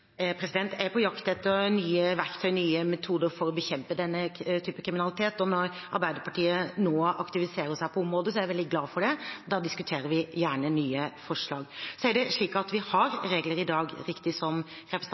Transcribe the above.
Jeg er på jakt etter nye verktøy, nye metoder for å bekjempe denne typen kriminalitet, og når Arbeiderpartiet nå aktiviserer seg på området, er jeg veldig glad for det. Da diskuterer vi gjerne nye forslag. Det er riktig som representanten sier, at vi i dag har regler knyttet til inndragning. Da vi ba Straffelovrådet som